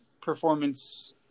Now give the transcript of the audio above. performance